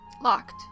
Locked